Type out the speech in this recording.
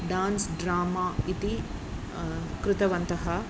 dance drama इति कृतवन्तः